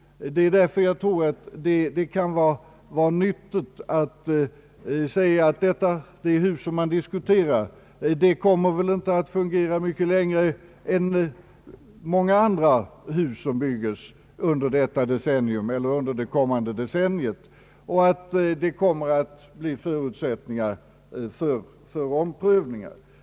Därför tror jag att det kan vara nyttigt att konstatera att det hus som diskuteras väl inte kommer att fungera mycket längre än många andra hus som byggs under det kommande decenniet, varför det kommer att bli förutsättningar för omprövningar.